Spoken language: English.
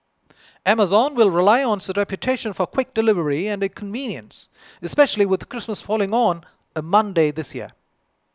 Amazon will rely on its reputation for quick delivery and convenience especially with Christmas falling on a Monday this year